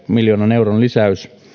miljoonan euron lisäys